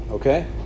okay